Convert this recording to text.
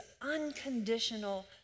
unconditional